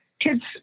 Kids